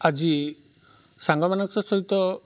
ଆଜି ସାଙ୍ଗମାନଙ୍କ ସହିତ